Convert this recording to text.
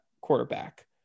quarterback